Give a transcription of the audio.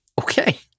Okay